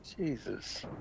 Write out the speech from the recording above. Jesus